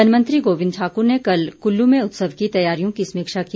one मंत्री गोबिंद ठाकुर ने कल कुल्लू में उत्सव की तैयारियों की समीक्षा की